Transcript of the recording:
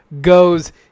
goes